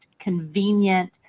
convenient